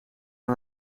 aan